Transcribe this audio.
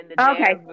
Okay